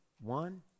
one